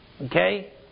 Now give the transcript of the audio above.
Okay